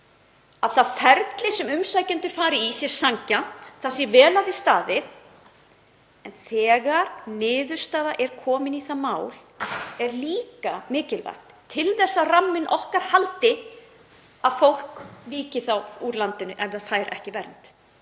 að það ferli sem umsækjendur fara í sé sanngjarnt, það sé vel að því staðið. En þegar niðurstaða er komin í það mál er líka mikilvægt, til að ramminn okkar haldi, að fólk víki þá úr landinu ef það fær ekki vernd.